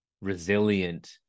resilient